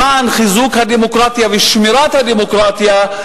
למען חיזוק הדמוקרטיה ושמירת הדמוקרטיה,